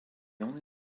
only